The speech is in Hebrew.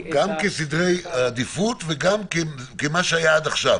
--- גם כסדר עדיפות וגם כמה שהיה עד עכשיו.